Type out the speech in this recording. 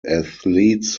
athletes